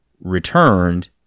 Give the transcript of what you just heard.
returned